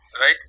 right